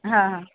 हां हां